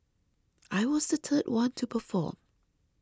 I was the third one to perform